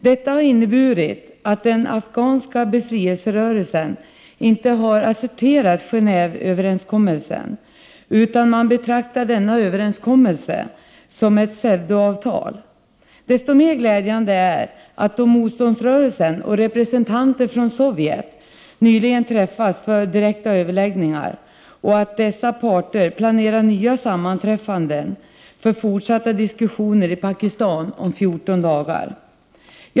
Detta har inneburit att den afghanska befrielserörelsen inte har accepterat Gen&veöverenskommelsen utan betraktar denna som ett pseudoavtal. Desto mer glädjande är det att motståndsrörelsen och representanter från Sovjet nyligen träffats för direkta överläggningar och att dessa parter planerar nya sammanträffanden för fortsatta diskussioner i Pakistan om 14 dagar.